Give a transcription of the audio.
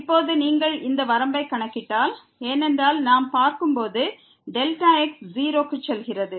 இப்போது நீங்கள் இந்த வரம்பை கணக்கிட்டால் ஏனென்றால் நாம் பார்க்கும் போது Δx 0 க்கு செல்கிறது